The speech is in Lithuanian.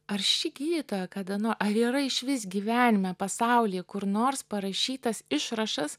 ar ši gydytoja kada nu ar yra išvis gyvenime pasaulyje kur nors parašytas išrašas